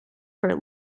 for